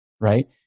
right